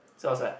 so I was like